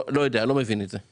לא יודע, אני לא מבין את זה.